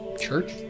church